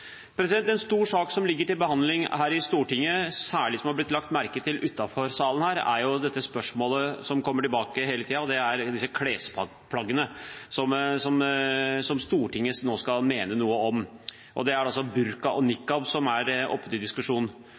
En stor sak som ligger til behandling her i Stortinget, som særlig har blitt lagt merke til utenfor salen her, er spørsmålet som kommer tilbake hele tiden, om disse klesplaggene som Stortinget nå skal mene noe om. Det er burka og nikab som er oppe til diskusjon.